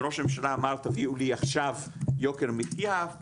וראש הממשלה אמר תביאו לי עכשיו יוקר המחייה.